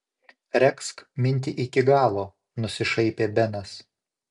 regzk mintį iki galo nusišaipė benas